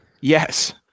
yes